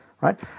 right